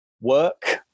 work